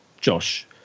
Josh